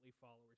followers